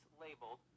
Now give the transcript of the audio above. labeled